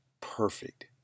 perfect